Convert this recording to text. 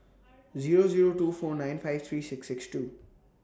Zero Zero two four nine five three six six two